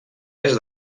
est